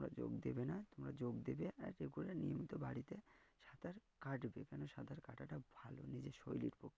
তোমরা যোগ দেবে না তোমরা যোগ দেবে আর যে করে নিয়মিত বাড়িতে সাঁতার কাটবে কেন সাঁতার কাটাটা ভালো নিজের শরীরের পক্ষে